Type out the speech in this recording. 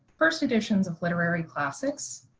first editions of literary classics,